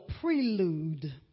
Prelude